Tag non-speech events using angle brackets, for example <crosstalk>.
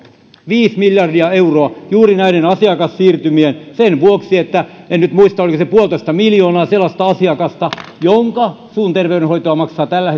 viisi miljardia euroa juuri näiden asiakassiirtymien vuoksi sen vuoksi että en nyt muista oliko se yksi pilkku viisi miljoonaa sellaista asiakasta joiden suun terveydenhoitoa maksavat tällä <unintelligible>